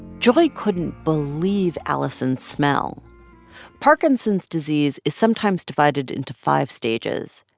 joy couldn't believe alison's smell parkinson's disease is sometimes divided into five stages.